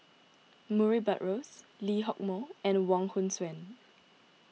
Murray Buttrose Lee Hock Moh and Wong Hong Suen